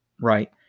Right